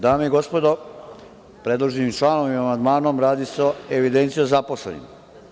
Dame i gospodo, u predloženom članu i amandmanu radi se o evidenciji o zaposlenima.